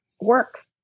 work